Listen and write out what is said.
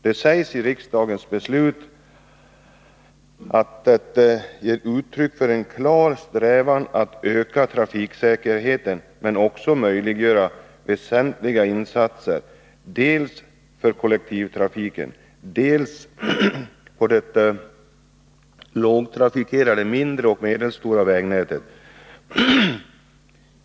Det sägs i riksdagens beslut att det är uttryck för en klar strävan att öka trafiksäkerheten men också möjliggöra väsentliga insatser dels för kollektivtrafiken, dels för det lågtrafikerade, mindre och medelstora vägnätet.